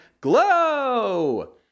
Glow